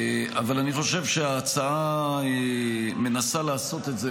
אבל אני חושב שההצעה מנסה לעשות את זה,